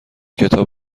کتاب